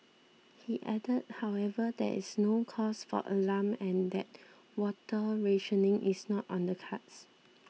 he added however that there is no cause for alarm and that water rationing is not on the cards